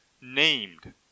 named